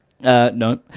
No